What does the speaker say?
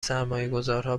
سرمایهگذارها